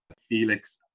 Felix